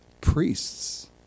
priests